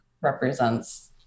represents